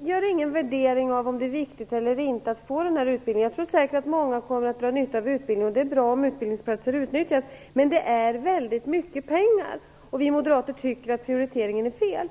gör ingen bedömning av om det är viktigt eller inte att ha den här utbildningen. Jag tror säkert att många kommer att dra nytta av utbildningen, och det är bra om utbildningsplatser utnyttjas. Men det är väldigt mycket pengar. Vi moderater tycker att det är en felaktig prioritering.